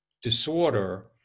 disorder